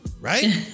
Right